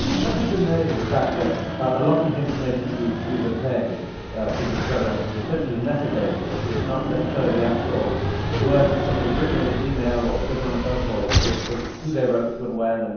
much has been made of the fact that a lot of the information that you've obtained through these programs is essentially metadata. it's it's not necessarily the actual words that someone has written in an email or given on a phone call it's it's who they wrote to and when, and